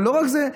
ולא רק זה,